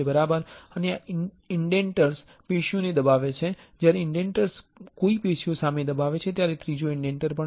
અને આ ઇન્ડેન્ટર્સ પેશીઓ ને દબાવે છે અને જ્યારે ઇન્ડેન્ટર્સ કોઈ પેશીઓ સામે દબાવે ત્યારે ત્રીજો ઇન્ડેન્ટર પણ છે